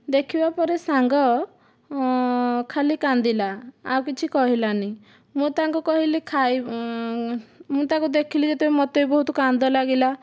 ଦେଖିବାପରେ ସାଙ୍ଗ ଖାଲି କାନ୍ଦିଲା ଆଉ କିଛି କହିଲାନି ମୁଁ ତାଙ୍କୁ କହିଲି ଖାଇବ ମୁଁ ତାକୁ ଦେଖିଲି ଯେତେବେଳେ ମୋତେ ବି ବହୁତ କାନ୍ଦ ଲାଗିଲା